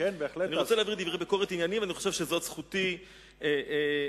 ואני חושב שזאת זכותי במקום הזה.